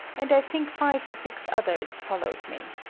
and i think five or six others followed me.